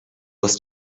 was